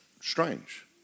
strange